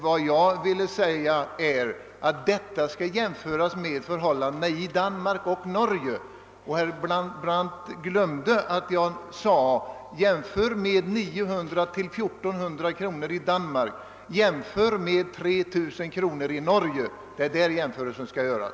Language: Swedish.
Vad jag ville framhålla är att detta mark och Norge. Herr Brandt glömde att jag sade: Jämför med 900—21 400 kronor i Danmark, jämför med 3 000 kronor i Norge. Det är den jämförelsen som skall göras.